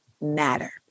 matter